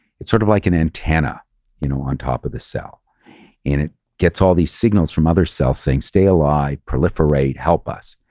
it's sort of like an antenna you know on top of the cell and it gets all these signals from other cells saying, stay alive, proliferate, help us.